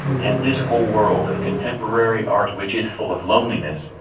and this whole world of contemporary art which is full of loneliness,